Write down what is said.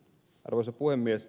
arvoisa puhemies